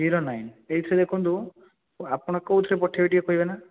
zero nine ଏଇଠି ଦେଖନ୍ତୁ ଆପଣ କୋଉଥିରେ ପଠେଇବେ ଟିକିଏ କହିବେ ନା